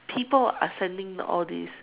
people are sending all these